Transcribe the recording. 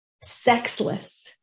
sexless